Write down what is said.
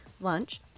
lunch